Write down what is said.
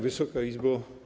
Wysoka Izbo!